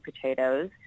potatoes